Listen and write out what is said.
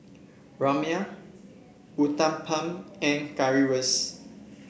Rajma Uthapam and Currywurst